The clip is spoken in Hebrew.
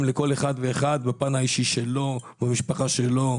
לכל אחד ואחד בפן האישי שלו ובמשפחה שלו,